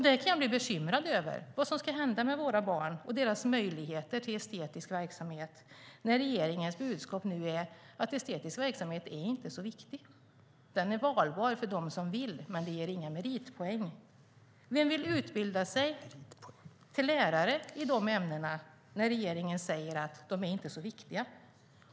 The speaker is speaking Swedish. Där kan jag bli bekymrad över vad som ska hända med våra barn och deras möjligheter till estetisk verksamhet när regeringens budskap nu är att estetisk verksamhet inte är så viktig. Den är valbar för dem som vill, men den ger inga meritpoäng. Vem vill utbilda sig till lärare i de ämnena när regeringen säger att de inte är så viktiga?